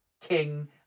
King